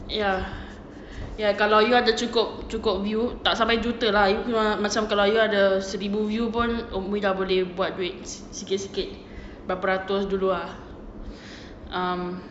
ya ya kalau you ada cukup cukup view tak sampai juta lah macam kalau you ada seribu view pun umi dah boleh buat duit sikit sikit berapa ratus dulu ah um